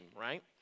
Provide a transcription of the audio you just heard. right